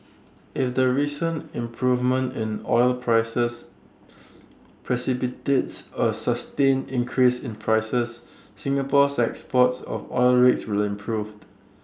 if the recent improvement in oil prices precipitates A sustained increase in prices Singapore's exports of oil rigs will improve